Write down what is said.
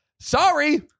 sorry